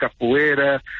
capoeira